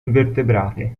invertebrati